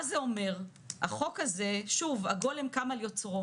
"השרים" שר הבריאות ושר האוצר.